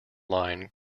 line